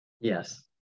Yes